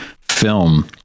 film